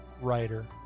writer